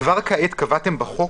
כבר כעת קבעתם בחוק